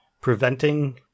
preventing